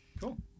Cool